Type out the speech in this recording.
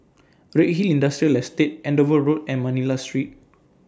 Redhill Industrial Estate Andover Road and Manila Street